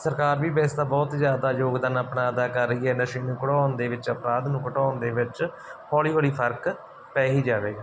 ਸਰਕਾਰ ਵੀ ਵੈਸੇ ਤਾਂ ਬਹੁਤ ਜ਼ਿਆਦਾ ਯੋਗਦਾਨ ਆਪਣਾ ਅਦਾ ਕਰ ਰਹੀ ਹੈ ਨਸ਼ੇ ਨੂੰ ਘਟਾਉਣ ਦੇ ਵਿੱਚ ਅਪਰਾਧ ਨੂੰ ਘਟਾਉਣ ਦੇ ਵਿੱਚ ਹੌਲੀ ਹੌਲੀ ਫਰਕ ਪੈ ਹੀ ਜਾਵੇਗਾ